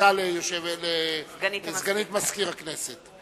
הודעה לסגנית מזכיר הכנסת.